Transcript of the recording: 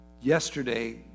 yesterday